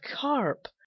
carp